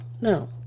no